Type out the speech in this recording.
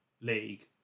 league